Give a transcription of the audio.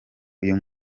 uyu